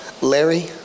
Larry